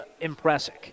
impressive